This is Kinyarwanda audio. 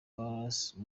palace